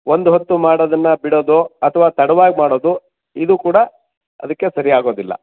ಒಂದು ಹೊತ್ತು ಮಾಡೋದನ್ನು ಬಿಡೋದು ಅಥವಾ ತಡವಾಗಿ ಮಾಡೋದು ಇದು ಕೂಡ ಅದಕ್ಕೆ ಸರಿಯಾಗೋದಿಲ್ಲ